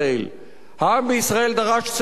העם בישראל דרש צדק חברתי,